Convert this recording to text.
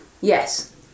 Yes